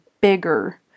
bigger